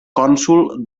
cònsol